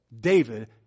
David